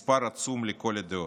מספר עצום לכל הדעות.